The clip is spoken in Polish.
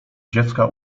dziecka